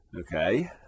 Okay